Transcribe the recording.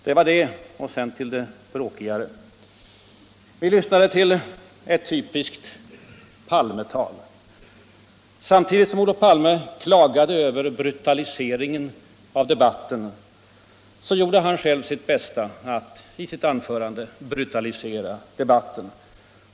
Sedan går jag över till tråkigare inslag. Vi lyssnade till ett typiskt Palmetal. Samtidigt som statsministern klagade över brutaliseringen av debatten gjorde han själv i sitt anförande sitt bästa för att brutalisera den.